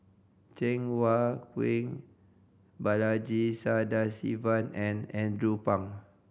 Cheng Wai Keung Balaji Sadasivan and Andrew Phang